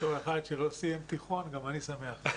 בתור אחד שלא סיים תיכון גם אני שמח.